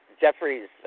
Jeffrey's